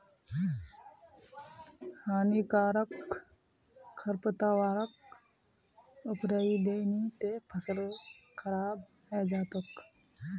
हानिकारक खरपतवारक उखड़इ दे नही त फसल खराब हइ जै तोक